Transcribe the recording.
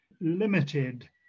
limited